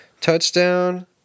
Touchdown